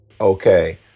Okay